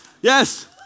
Yes